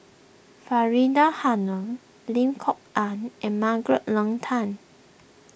Faridah Hanum Lim Kok Ann and Margaret Leng Tan